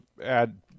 add